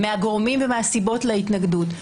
מהגורמים ומהסיבות להתנגדות.